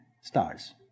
stars